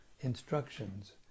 Instructions